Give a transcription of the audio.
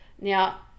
Now